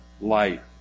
light